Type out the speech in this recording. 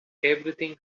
everything